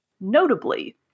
notably